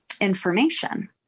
information